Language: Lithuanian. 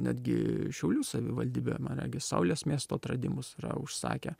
netgi šiaulių savivaldybė man regis saulės miesto atradimus yra užsakę